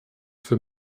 für